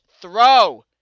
throw